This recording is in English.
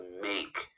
make